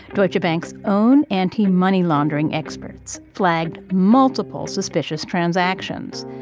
deutsche bank's own anti-money-laundering experts flagged multiple suspicious transactions.